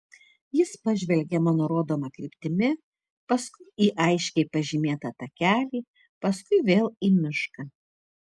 jis pažvelgė mano rodoma kryptimi paskui į aiškiai pažymėtą takelį paskui vėl į mišką